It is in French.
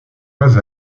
pas